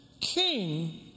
King